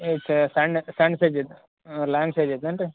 ಇದು ಸಣ್ಣದು ಸಣ್ಣ ಸೈಜಿದ್ದು ಹ್ಞೂ ಲಾಂಗ್ ಸೈಜಿದ್ದು ಏನು ರೀ